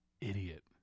Idiot